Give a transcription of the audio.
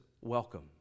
welcome